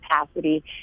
capacity